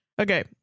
Okay